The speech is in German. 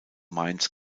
mainz